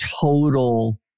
total